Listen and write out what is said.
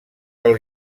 del